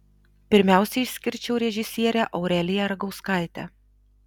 pirmiausia išskirčiau režisierę aureliją ragauskaitę